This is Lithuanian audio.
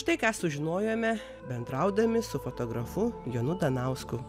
tai ką sužinojome bendraudami su fotografu jonu danausku